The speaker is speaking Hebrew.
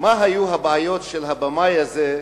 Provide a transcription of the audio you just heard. מה היו הבעיות של הבמאי הזה,